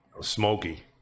smoky